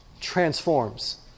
transforms